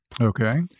okay